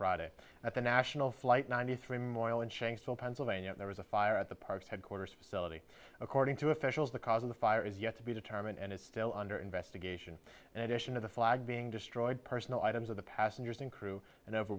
friday at the national flight ninety three memorial in shanksville pennsylvania there was a fire at the park's headquarters according to officials the cause of the fire is yet to be determined and is still under investigation in addition to the flag being destroyed personal items of the passengers and crew and over